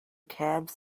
cabs